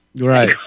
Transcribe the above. Right